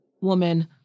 woman